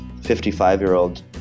55-year-old